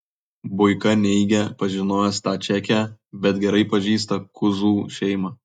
buika neigia pažinojęs tą čekę bet gerai pažįsta kuzų šeimą